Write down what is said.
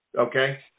Okay